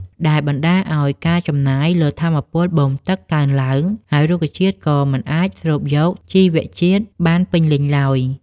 ដែលបណ្ដាលឱ្យការចំណាយលើថាមពលបូមទឹកកើនឡើង ហើយរុក្ខជាតិក៏មិនអាចស្រូបយកជីវជាតិបានពេញលេញឡើយ។